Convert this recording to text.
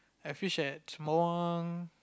I fish at Semabawang